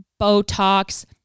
Botox